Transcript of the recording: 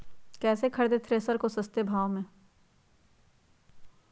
कैसे खरीदे थ्रेसर को सस्ते भाव में?